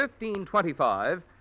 $15.25